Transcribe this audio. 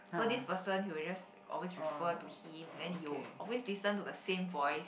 so this person he will just always refer to him and then you'll always listen to the same voice